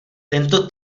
tento